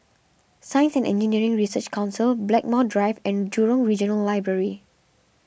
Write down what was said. Science and Engineering Research Council Blackmore Drive and Jurong Regional Library